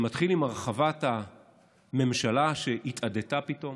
שמתחיל עם הרחבת הממשלה, שהתאדתה פתאום,